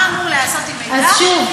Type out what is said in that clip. מה אמור לעשות עם מידע ובכלל,